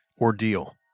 ordeal